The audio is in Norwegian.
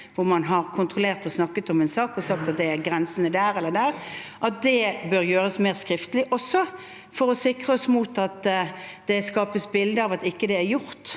hvor man har kontrollert og snakket om en sak og sagt at grensen er der eller der, også bør gjøres mer skriftlig, for å sikre oss mot at det skapes et bilde av at det ikke er gjort,